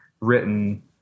written